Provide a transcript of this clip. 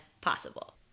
possible